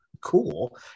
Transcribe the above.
cool